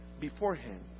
beforehand